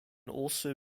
also